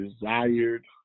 desired